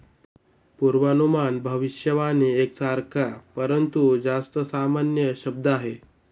पूर्वानुमान भविष्यवाणी एक सारखा, परंतु जास्त सामान्य शब्द आहे